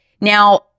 Now